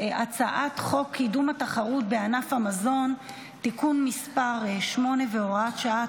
הצעת חוק קידום התחרות בענף המזון (תיקון מס' 8 והוראת שעה),